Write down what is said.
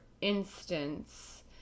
instance